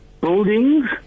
buildings